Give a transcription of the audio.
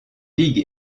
ligue